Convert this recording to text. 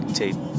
tape